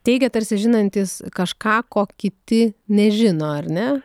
teigia tarsi žinantys kažką ko kiti nežino ar ne